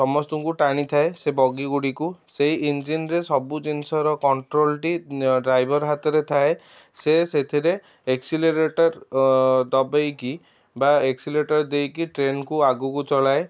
ସମସ୍ତଙ୍କୁ ଟାଣି ଥାଏ ସେ ବଗି ଗୁଡ଼ିକୁ ସେଇ ଇଞ୍ଜିନ୍ ରେ ସବୁ ଜିନିଷର କଣ୍ଟ୍ରୋଲ ଟି ଡ୍ରାଇଭର ହାତରେ ଥାଏ ସେ ସେଥିରେ ଏକ୍ସିଲେରେଟର ଟା ଦବାଇକି ବା ଏକ୍ସିଲେରେଟର ଦେଇକି ଟ୍ରେନକୁ ଆଗକୁ ଚଳାଏ